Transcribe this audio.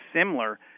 similar